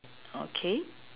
okay